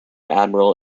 admiral